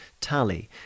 tally